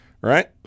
Right